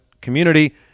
community